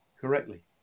correctly